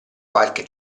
qualche